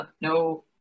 no